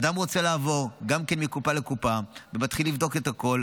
כשאדם רוצה לעבור מקופה לקופה ומתחיל לבדוק את הכול,